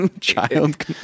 Child